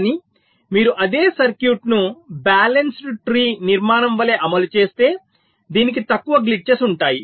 కానీ మీరు అదే సర్క్యూట్ను బ్యాలన్సుడ్ ట్రీ నిర్మాణం వలె అమలు చేస్తే దీనికి తక్కువ గ్లిట్చెస్ ఉంటాయి